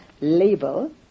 label